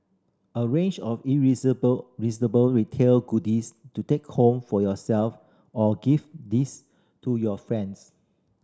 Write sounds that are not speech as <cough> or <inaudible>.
a range of <unintelligible> retail goodies to take home for yourself or gift these to your friends